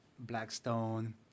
Blackstone